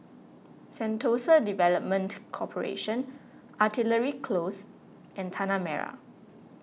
Sentosa Development Corporation Artillery Close and Tanah Merah